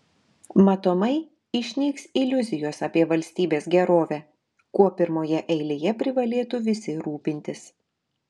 matomai išnyks iliuzijos apie valstybės gerovę kuo pirmoje eilėje privalėtų visi rūpintis